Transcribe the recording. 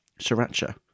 Sriracha